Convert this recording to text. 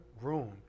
room